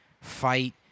fight